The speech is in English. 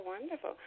wonderful